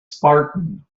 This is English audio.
spartan